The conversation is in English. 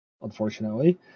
Unfortunately